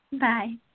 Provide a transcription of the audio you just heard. Bye